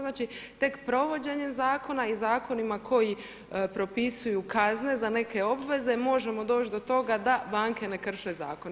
Znači tek provođenjem zakona i zakonima koji propisuju kazne za neke obveze možemo doć do toga da banke ne krše zakone.